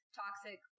toxic